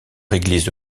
église